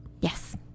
Yes